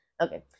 Okay